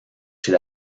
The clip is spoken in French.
chez